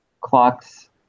clocks